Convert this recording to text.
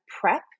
prep